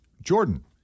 Jordan